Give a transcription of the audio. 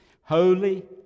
Holy